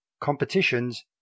competitions